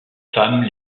femmes